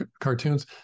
cartoons